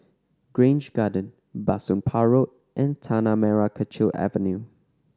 Grange Garden Bah Soon Pah Road and Tanah Merah Kechil Avenue